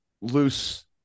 loose